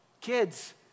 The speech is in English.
Kids